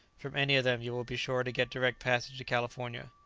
from any of them you will be sure to get direct passage to california.